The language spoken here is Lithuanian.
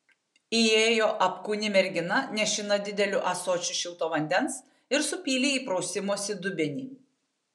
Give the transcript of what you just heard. įėjo apkūni mergina nešina dideliu ąsočiu šilto vandens ir supylė į prausimosi dubenį